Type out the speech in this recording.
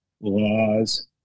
laws